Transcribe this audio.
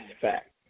fact